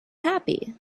happy